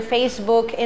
Facebook